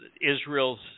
Israel's